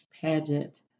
pageant